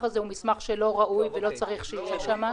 הזה הוא מסמך שלא ראוי ולא צריך שיהיה שם.